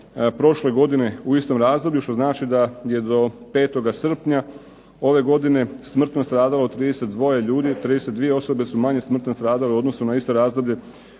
prošle godine u istom razdoblju što znači da je do 5. srpnja ove godine smrtno stradalo 32 ljudi. 32 osobe su manje smrtno stradale u odnosu na isto razdoblje